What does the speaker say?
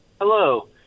Hello